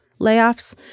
layoffs